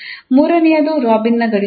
ಮೂರನೆಯದು ರಾಬಿನ್ನ ಗಡಿ ಷರತ್ತುಗಳು